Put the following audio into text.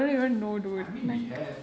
I I mean we have